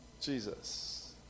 Jesus